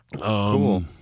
Cool